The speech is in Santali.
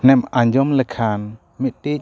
ᱱᱮᱢ ᱟᱸᱡᱚᱢ ᱞᱮᱠᱷᱟᱱ ᱢᱤᱫᱴᱤᱡ